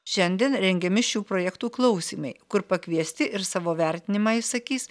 šiandien rengiami šių projektų klausymai kur pakviesti ir savo vertinimą išsakys